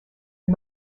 and